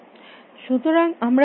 সুতরাং আমরা কী বলছি